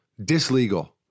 Dislegal